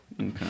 Okay